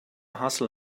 hustle